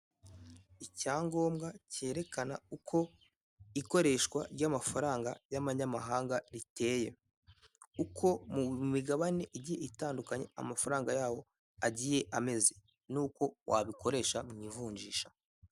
Icyangombwa cyerekana uko ikoreshwa ry'amafaranga y'amanyamahanga riteye. Uko mu migabane igiye itandukanya amafaranga yaho agiye ameze. N'uko wabikoresha mu ivunjisha.